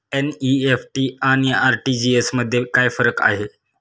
NEFT आणि RTGS मध्ये काय फरक आहे?